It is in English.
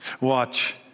Watch